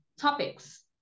topics